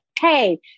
Hey